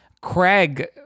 Craig